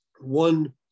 one